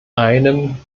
einem